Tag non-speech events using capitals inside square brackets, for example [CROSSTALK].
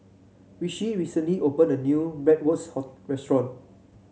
Rishi recently open a new Bratwurst [UNINTELLIGIBLE] restaurant